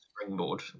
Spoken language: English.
springboard